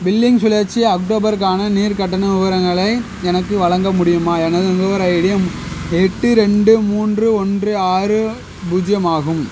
billing சுழற்சி அக்டோபருக்கான நீர் கட்டண விவரங்களை எனக்கு வழங்க முடியுமா எனது நுகர்வோர் ஐடி எட்டு ரெண்டு மூன்று ஒன்று ஆறு பூஜ்ஜியம் ஆகும்